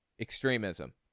extremism